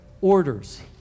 orders